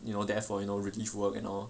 you know there for you know relief work you know